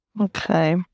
Okay